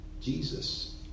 Jesus